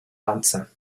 answer